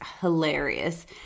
hilarious